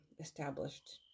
established